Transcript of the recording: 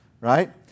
right